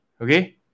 Okay